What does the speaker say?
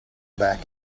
back